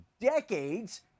decades